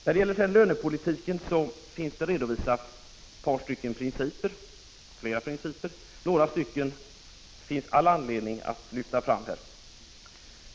När det sedan gäller lönepolitiken finns flera principer redovisade — några är det all anledning att lyfta fram här.